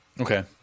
Okay